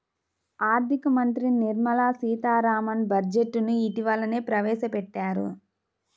ఆర్ధిక మంత్రి నిర్మలా సీతారామన్ బడ్జెట్ ను ఇటీవలనే ప్రవేశపెట్టారు